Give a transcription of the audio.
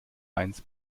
eins